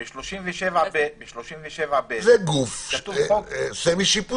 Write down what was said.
זה גוף סמי-שיפוטי.